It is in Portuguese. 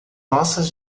nossas